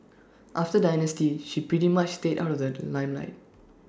after dynasty she pretty much stayed out of the limelight